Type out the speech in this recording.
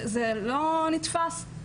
זה לא נתפס.